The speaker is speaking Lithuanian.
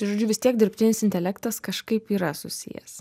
tai žodžiu vis tiek dirbtinis intelektas kažkaip yra susijęs